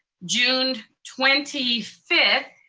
june twenty fifth,